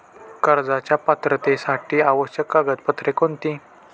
कर्जाच्या पात्रतेसाठी आवश्यक कागदपत्रे कोणती?